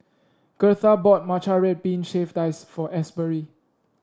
gertha bought Matcha Red Bean Shaved Ice for Asbury